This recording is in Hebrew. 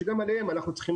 שגם עליהם אנחנו צריכים,